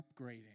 upgrading